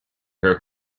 her